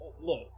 look